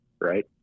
Right